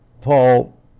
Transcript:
paul